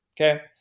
Okay